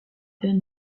dames